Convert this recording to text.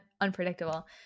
unpredictable